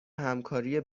همکاری